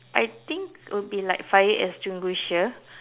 I think would be like fire extinguisher